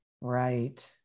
Right